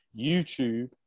YouTube